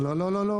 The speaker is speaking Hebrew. לא, לא.